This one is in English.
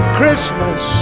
christmas